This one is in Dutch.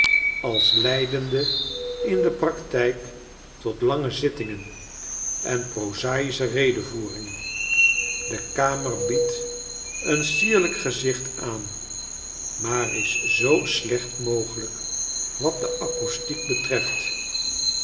als imdende in de practyk tot lange zittingen en proza'ische redevoeringen de kamer biedt een sierlijk gezicht aan maar is zoo slechtmogehjk wat de acoustiek betreft